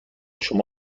شما